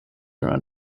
around